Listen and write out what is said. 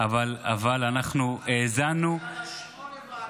אבל אנחנו האזנו עשיתם דברים טובים,